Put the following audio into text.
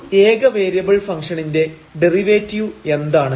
ഒരു ഏക വേരിയബിൾ ഫംഗ്ഷണിന്റെ ഡെറിവേറ്റീവ് എന്താണ്